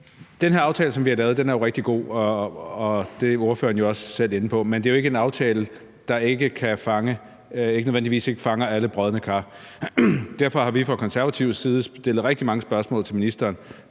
den her aftale, som vi har lavet, er rigtig god, og det er ordføreren jo også selv inde på. Men det er jo ikke en aftale, der nødvendigvis fanger alle brodne kar. Derfor har vi fra Konservatives side stillet rigtig mange spørgsmål til ministeren